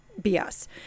BS